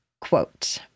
Quote